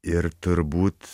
ir turbūt